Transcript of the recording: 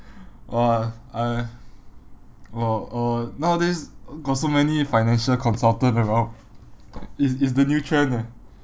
!wah! I uh uh nowadays got so many financial consultant around it's it's the new trend eh